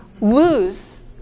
lose